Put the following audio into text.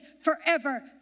forever